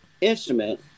instrument